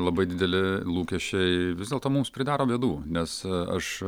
labai dideli lūkesčiai vis dėlto mums pridaro bėdų nes aš